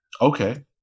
okay